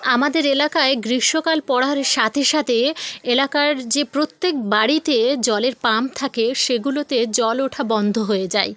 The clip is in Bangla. আমাদের এলাকায় গ্রীষ্মকাল পড়ার সাথে সাথে এলাকার যে প্রত্যেক বাড়িতে জলের পাম্প থাকে সেগুলোতে জল ওঠা বন্ধ হয়ে যায়